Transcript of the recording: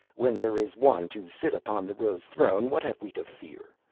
when there is one to sit upon the rose throne, what have we to fear?